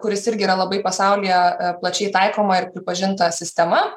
kuris irgi yra labai pasaulyje plačiai taikoma ir pripažinta sistema